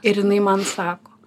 ir jinai man sako